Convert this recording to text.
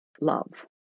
love